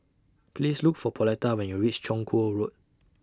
Please Look For Pauletta when YOU REACH Chong Kuo Road